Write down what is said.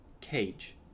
Cage